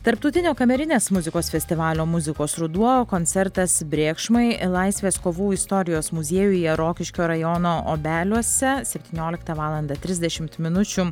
tarptautinio kamerinės muzikos festivalio muzikos ruduo koncertas brėkšmai laisvės kovų istorijos muziejuje rokiškio rajono obeliuose septynioliktą valandą trisdešimt minučių